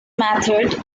method